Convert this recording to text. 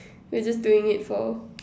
we're just doing it for